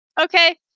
Okay